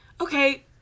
Okay